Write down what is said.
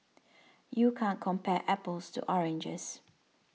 you can't compare apples to oranges